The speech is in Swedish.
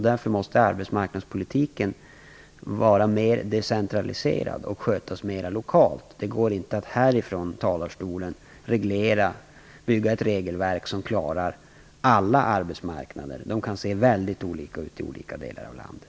Därför måste arbetsmarknadspolitiken vara mer decentraliserad och skötas mera lokalt. Det går inte att från talarstolen reglera och bygga ett regelverk som klarar alla arbetsmarknader. De kan se väldigt olika ut i olika delar av landet.